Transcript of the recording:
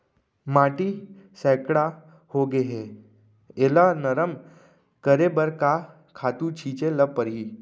माटी सैकड़ा होगे है एला नरम करे बर का खातू छिंचे ल परहि?